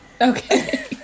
Okay